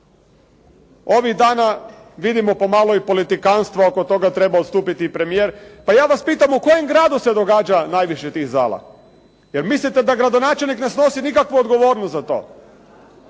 Ovih dana vidimo pomalo i politikantstvo, oko toga treba odstupiti i premijer, pa ja vas pitam u kojem gradu se događa najviše tih zala. Jel' mislite da gradonačelnik ne snosi nikakvu odgovornost za to?